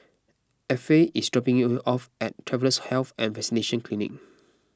Effie is dropping me off at Travellers' Health and Vaccination Clinic